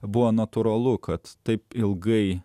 buvo natūralu kad taip ilgai